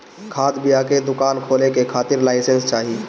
खाद बिया के दुकान खोले के खातिर लाइसेंस चाही